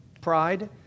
pride